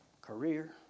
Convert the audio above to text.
career